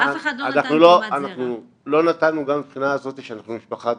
אנחנו לא נתנו גם מהבחינה הזו שאנחנו משפחה דתית,